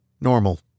Normal